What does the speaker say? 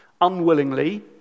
unwillingly